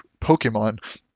Pokemon